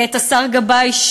את השר גבאי,